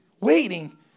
waiting